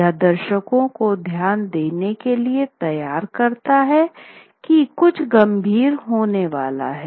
यह दर्शकों को ध्यान देने के लिए तैयार करता है कि कुछ गंभीर होने वाला है